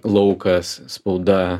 laukas spauda